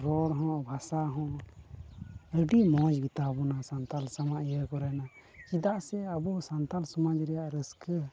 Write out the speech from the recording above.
ᱨᱚᱲ ᱦᱚᱸ ᱵᱷᱟᱥᱟ ᱦᱚᱸ ᱟᱹᱰᱤ ᱢᱚᱡᱽ ᱜᱮᱛᱟᱵᱚᱱᱟ ᱥᱟᱱᱛᱟᱲ ᱥᱚᱢᱟᱡᱽ ᱤᱭᱟᱹ ᱠᱚᱨᱮᱱᱟᱜ ᱪᱮᱫᱟᱜ ᱥᱮ ᱟᱵᱚ ᱥᱟᱱᱛᱟᱲ ᱥᱚᱢᱟᱡᱽ ᱨᱮᱭᱟᱜ ᱨᱟᱹᱥᱠᱟᱹ